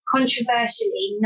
Controversially